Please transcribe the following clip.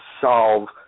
solve